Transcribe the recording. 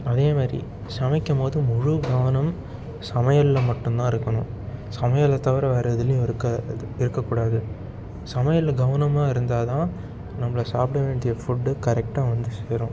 அதே மாதிரி சமைக்கும் போது முழு கவனம் சமையலில் மட்டும் தான் இருக்கணும் சமையல் தவிர வேற எதுலேயும் இருக்காது இருக்க கூடாது சமையலில் கவனமாக இருந்தால் தான் நம்மள சாப்பிட வேண்டிய ஃபுட்டு கரெக்டாக வந்து சேரும்